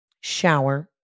shower